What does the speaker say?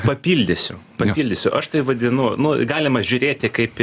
papildysiu papildysiu aš tai vadinu nu galima žiūrėti kaip į